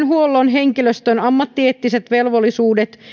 henkilöstön ammattieettiset velvollisuudet